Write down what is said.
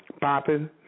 popping